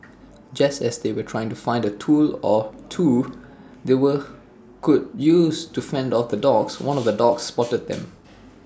just as they were trying to find A tool or two they were could use to fend off the dogs one of the dogs spotted them